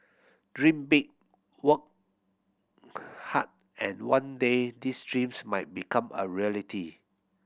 dream big work hard and one day these dreams might become a reality